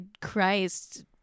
Christ